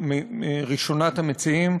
ראשונת המציעים,